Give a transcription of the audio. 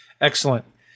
Excellent